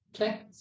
Okay